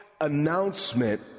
announcement